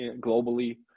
globally